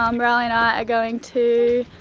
um riley and i are going to,